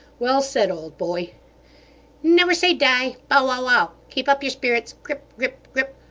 well said, old boy never say die, bow wow wow, keep up your spirits, grip grip grip,